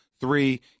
Three